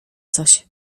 coś